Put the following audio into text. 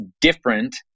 different